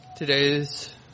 Today's